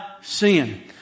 sin